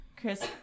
Chris